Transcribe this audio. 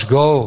go